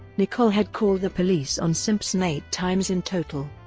nicole had called the police on simpson eight times in total.